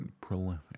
prolific